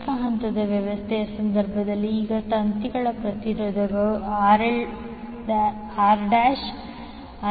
ಏಕ ಹಂತದ ವ್ಯವಸ್ಥೆಯ ಸಂದರ್ಭದಲ್ಲಿ ಈಗ ತಂತಿಯ ಪ್ರತಿರೋಧವು Rρlπr2ಆಗಿದೆ